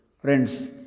Friends